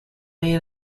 may